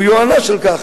הוא יוענש על כך.